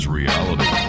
reality